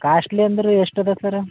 costly ಅಂದರೆ ಎಷ್ಟು ಅದೆ ಸರ್